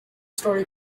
story